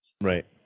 Right